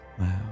Wow